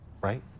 right